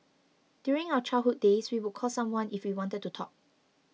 during our childhood days we would call someone if we wanted to talk